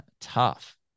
Tough